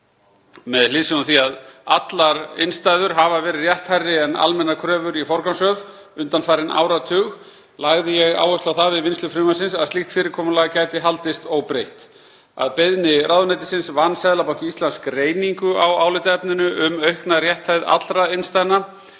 Með hliðsjón af því að allar innstæður hafa verið rétthærri en almennar kröfur í forgangsröð undanfarinn áratug lagði ég áherslu á það við vinnslu frumvarpsins að slíkt fyrirkomulag gæti haldist óbreytt. Að beiðni ráðuneytisins vann Seðlabanki Íslands greiningu á álitaefninu um aukna rétthæð allra innstæðna